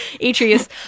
Atreus